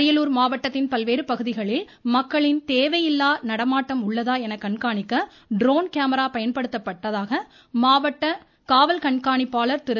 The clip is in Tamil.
அரியலூர் மாவட்டத்தின் பல்வேறு பகுதிகளில் மக்களின் தேவையில்லாத நடமாட்டம் உள்ளதா என கண்காணிக்க ட்ரோன் கேமிரா பயன்படுத்தப்பட்டு வருவதை மாவடட காவல் கண்காணிப்பாளர் திரு